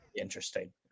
interesting